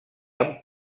amb